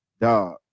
dog